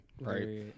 Right